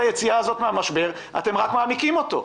היציאה מן המשבר אתם רק מעמיקים אותו.